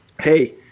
hey